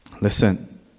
Listen